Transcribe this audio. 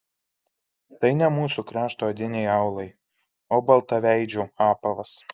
tai ne mūsų krašto odiniai aulai o baltaveidžių apavas